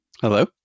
Hello